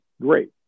great